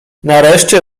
nareszcie